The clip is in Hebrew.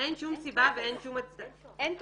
אין שום סיבה ואין הצדקה --- אין טופס.